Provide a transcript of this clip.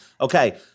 Okay